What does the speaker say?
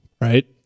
right